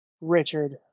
Richard